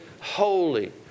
holy